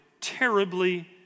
terribly